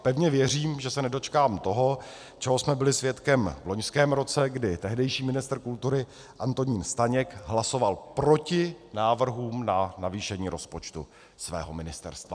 Pevně věřím, že se nedočkám toho, čeho jsme byli svědkem v loňském roce, kdy tehdejší ministr kultury Antonín Staněk hlasoval proti návrhům na navýšení rozpočtu svého ministerstva.